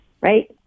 right